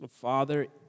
Father